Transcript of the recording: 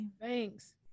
thanks